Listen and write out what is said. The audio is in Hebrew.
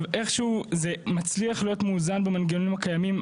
איכשהו זה מצליח להיות מאוזן במנגנונים הקיימים,